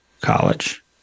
College